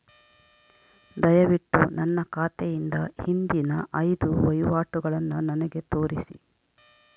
ದಯವಿಟ್ಟು ನನ್ನ ಖಾತೆಯಿಂದ ಹಿಂದಿನ ಐದು ವಹಿವಾಟುಗಳನ್ನು ನನಗೆ ತೋರಿಸಿ